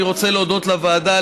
אני רוצה להודות לוועדה,